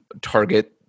target